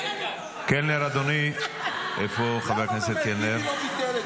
קלנר, אדוני, איפה חבר הכנסת קלנר?